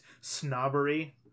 snobbery